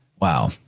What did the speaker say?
Wow